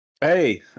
hey